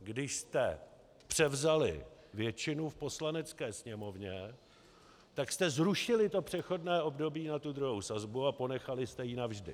Když jste převzali většinu v Poslanecké sněmovně, tak jste zrušili přechodné období na tu druhou sazbu a ponechali jste ji navždy.